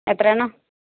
എത്ര എണ്ണം